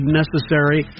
necessary